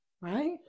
Right